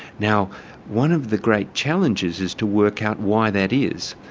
now one of the great challenges is to work out why that is.